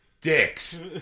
dicks